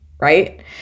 right